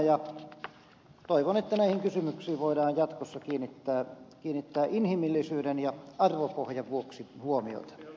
toivon että näihin kysymyksiin voidaan jatkossa kiinnittää inhimillisyyden ja arvopohjan vuoksi huomiota